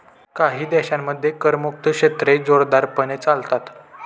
काही देशांमध्ये करमुक्त क्षेत्रे जोरदारपणे चालतात